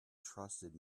trusted